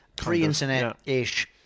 Pre-internet-ish